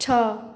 ଛଅ